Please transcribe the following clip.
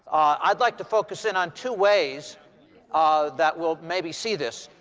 i'd like to focus in on two ways um that we'll maybe see this.